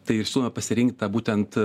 tai ir siūlome pasirinkt tą būtent